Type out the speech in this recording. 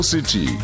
City